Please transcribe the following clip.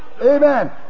Amen